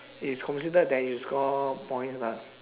it's considered that you score points lah